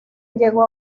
llegó